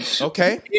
Okay